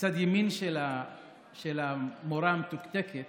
מצד ימין של המורה המתוקתקת